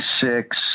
six